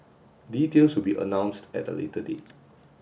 details will be announced at a later date